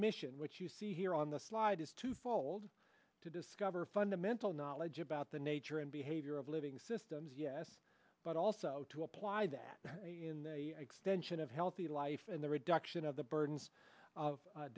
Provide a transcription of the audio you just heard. mission which you see here on the slide is twofold to discover fundamental knowledge about the nature and behavior of living systems yes but also to apply that in the extension of healthy life and the reduction of the burdens of